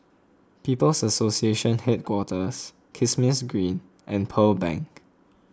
People's Association Headquarters Kismis Green and Pearl Bank